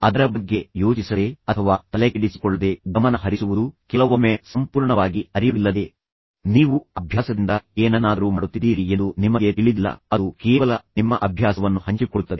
ಅದರ ಬಗ್ಗೆ ಯೋಚಿಸದೆ ಅಥವಾ ತಲೆಕೆಡಿಸಿಕೊಳ್ಳದೆ ಗಮನ ಹರಿಸುವುದು ಕೆಲವೊಮ್ಮೆ ಸಂಪೂರ್ಣವಾಗಿ ಅರಿವಿಲ್ಲದೆ ನೀವು ಅಭ್ಯಾಸದಿಂದ ಏನನ್ನಾದರೂ ಮಾಡುತ್ತಿದ್ದೀರಿ ಎಂದು ನಿಮಗೆ ತಿಳಿದಿಲ್ಲ ಅದು ಕೇವಲ ನಿಮ್ಮ ಅಭ್ಯಾಸವನ್ನು ಹಂಚಿಕೊಳ್ಳುತ್ತದೆ